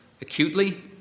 acutely